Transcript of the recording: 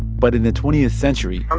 but in the twentieth century.